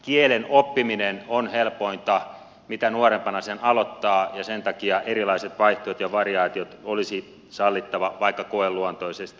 kielen oppiminen on sitä helpompaa mitä nuorempana sen aloittaa ja sen takia erilaiset vaihtoehdot ja variaatiot olisi sallittava vaikka koeluontoisesti